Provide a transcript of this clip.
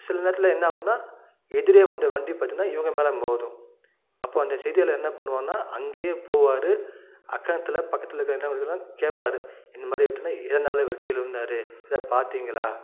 சில நேரத்தில் என்ன ஆகும்னா எதிரே வந்த வண்டி பாத்தோன்னா இவங்க மேலே மோதும் அப்போ அந்த செய்தியாளர் என்ன பண்ணுவாருனா அங்கேயே போவார் அக்கத்தில் பக்கத்தில் இருந்தவர்கள்லாம் கேட்பாரு இந்த மாதிரி விபத்துனா எதனால் இவர் கீழே விழுந்தார் எதா பார்த்திங்களா